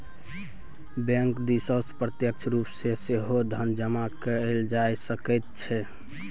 bank दिससँ प्रत्यक्ष रूप सँ सेहो धन जमा कएल जा सकैत छै